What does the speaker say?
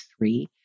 three